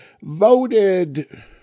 voted